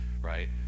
right